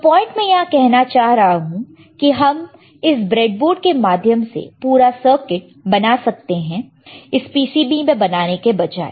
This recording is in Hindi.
जो पॉइंट में यहां पर कहना चाह रहा हूं कि हम इस ब्रेडबोर्ड के माध्यम से पूरा सर्किट बना सकते हैं इस PCB में बनाने के बजाय